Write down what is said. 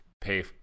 pay